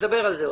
נדבר על זה.